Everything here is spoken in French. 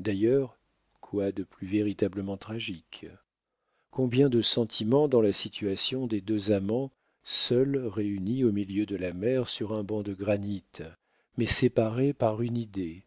d'ailleurs quoi de plus véritablement tragique combien de sentiments dans la situation des deux amants seuls réunis au milieu de la mer sur un banc de granit mais séparés par une idée